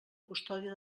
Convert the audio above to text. custòdia